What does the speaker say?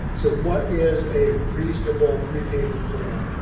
so what is a reasonable repayment plan?